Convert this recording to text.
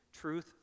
truth